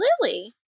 Lily